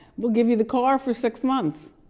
we'll give you the car for six months.